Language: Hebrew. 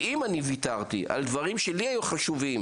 אם אני ויתרתי על דברים חשובים שחשובים